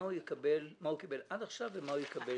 מה הוא קיבל עד עכשיו ומה הוא יקבל מעכשיו.